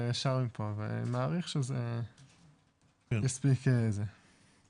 שאול פה ואני מעריך שהוא ינסה לעשות את זה עוד היום.